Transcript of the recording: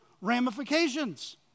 ramifications